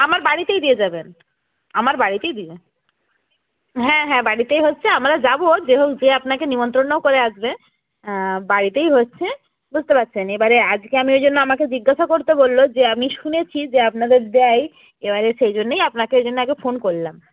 আমার বাড়িতেই দিয়ে যাবেন আমার বাড়িতেই দিবেন হ্যাঁ হ্যাঁ বাড়িতেই হচ্ছে আমরা যাবো যেহো যেয়ে আপনাকে নিমন্তন্নও করে আসবে হ্যাঁ বাড়িতেই হচ্ছে বুঝতে পারছেন এবারে আজকে আমাকে ওই জন্য আমাকে জিজ্ঞাসা করতে বললো যে আমি শুনেছি যে আপনাদের দেয় এসে সেই জন্যই আপনাকে ওই জন্য একবার ফোন করলাম